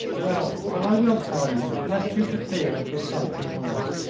well, well, i will tell you lest you should fear it was something worse.